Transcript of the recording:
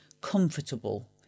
comfortable